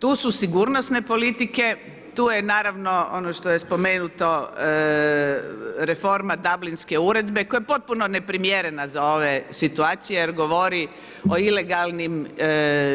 Tu su sigurnosne politike, tu je naravno ono što je spomenuto reforma Dablinske uredbe koja je potpuno neprimjerena za ove situacije jer govori o ilegalnim